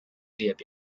列表